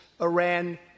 Iran